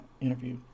interview